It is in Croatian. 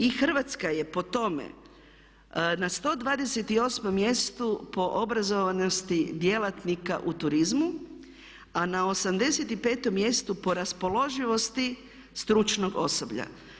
I Hrvatska je po tome na 128. mjestu po obrazovanosti djelatnika u turizmu a na 85 mjestu po raspoloživosti stručnog osoblja.